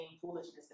foolishness